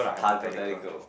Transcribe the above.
hypothetical